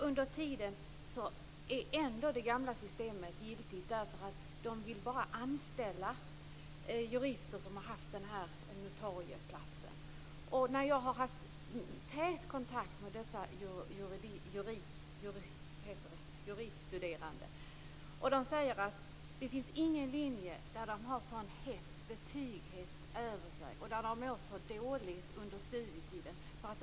Under tiden är ändå det gamla systemet giltigt, därför att man vill bara anställa jurister som har haft notarieplatsen. Jag har haft täta kontakter med dessa juridikstuderande. De säger att det inte finns någon linje där man har sådan betyghets över sig. De mår dåligt under studietiden.